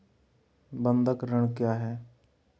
बंधक ऋण क्या है?